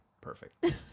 perfect